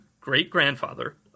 great-grandfather